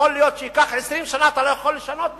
יכול להיות שייקח 20 שנה, אתה לא יכול לשנות מזה.